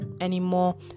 anymore